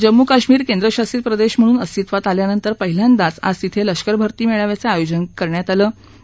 जम्मू कश्मीर केंद्र शासित प्रदेश म्हणून अस्तित्वात आल्यानंतर पहिल्यांदाच आज तिथे लष्कर भर्ती मेळाव्याचं आजोजन केलं आहे